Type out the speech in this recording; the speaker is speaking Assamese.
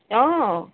অঁ